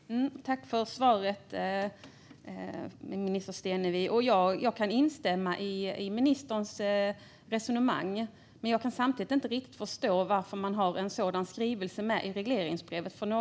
Herr talman! Jag tackar för minister Stenevis svar. Jag kan instämma i ministerns resonemang, men jag kan samtidigt inte riktigt förstå varför man har en sådan skrivning med i regleringsbrevet.